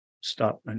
stop